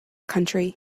country